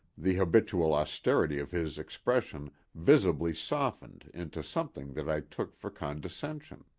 the habitual austerity of his expression visibly softened into something that i took for condescension.